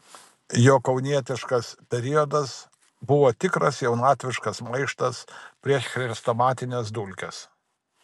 jo kaunietiškas periodas buvo tikras jaunatviškas maištas prieš chrestomatines dulkes